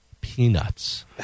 peanuts